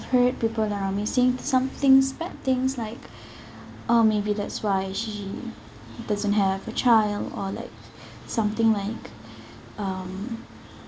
heard people around me saying some things bad things like oh maybe that's why she doesn't have a child or like something like um